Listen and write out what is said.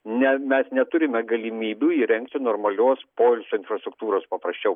ne mes neturime galimybių įrengti normalios poilsio infrastruktūros paprasčiau